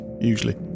usually